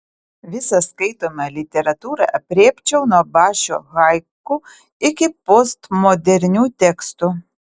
visą skaitomą literatūrą aprėpčiau nuo bašio haiku iki postmodernių tekstų